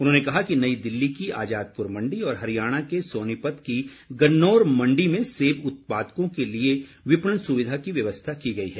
उन्होंने कहा कि नई दिल्ली की आजादपुर मंडी और हरियाणा के सोनीपत की गनौर मंडी में सेब उत्पादकों के लिए विपणन सुविधा की व्यवस्था की गई है